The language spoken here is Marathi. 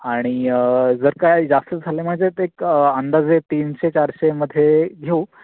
आणि जर काय जास्त झालं म्हणजे ते एक अंदाजे तीनशे चारशेमध्ये घेऊ